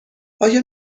آیا